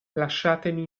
lasciatemi